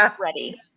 ready